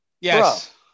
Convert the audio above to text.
Yes